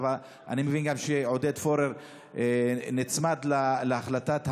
אני גם מבין שעודד פורר נצמד להחלטת הממשלה,